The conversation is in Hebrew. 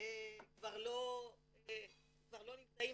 כבר לא נמצאים,